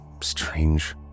strange